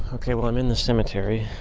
ok well i'm in the cemetery,